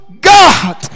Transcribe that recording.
God